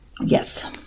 Yes